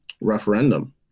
referendum